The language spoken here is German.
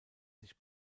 sich